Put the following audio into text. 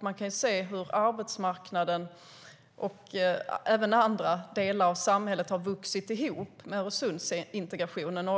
Vi kan se hur arbetsmarknaden och även andra delar av samhället har vuxit ihop med Öresundsintegrationen.